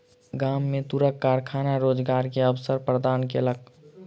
गाम में तूरक कारखाना रोजगार के अवसर प्रदान केलक